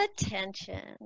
attention